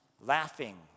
Laughing